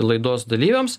laidos dalyviams